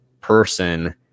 person